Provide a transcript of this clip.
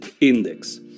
index